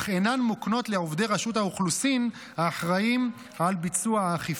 אך אינן מוקנות לעובדי רשות האוכלוסין האחראים לביצוע האכיפה.